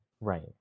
Right